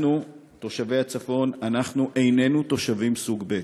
אנחנו, תושבי הצפון, אנחנו איננו תושבים סוג ב'.